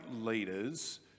leaders